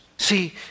See